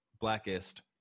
blackest